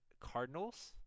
Cardinals